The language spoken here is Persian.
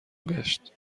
گشت